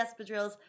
espadrilles